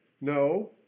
No